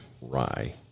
Rye